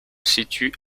situe